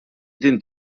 din